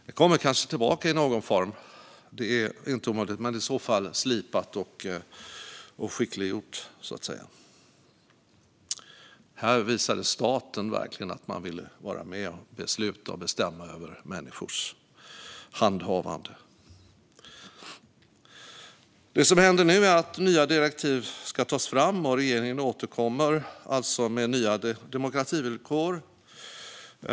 Det kanske kommer tillbaka i någon form - det är inte omöjligt - men i så fall är det slipat och skickliggjort, så att säga. Här visade staten verkligen att man ville vara med och bestämma över människors förehavanden. Det som händer nu är att nya direktiv ska tas fram. Regeringen återkommer alltså med nya demokrativillkor.